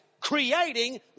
creating